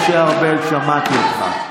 חבר הכנסת משה ארבל, שמעתי אותך.